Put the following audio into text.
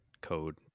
code